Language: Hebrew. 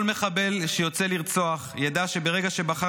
כל מחבל שיוצא לרצוח ידע שברגע שבחר